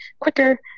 quicker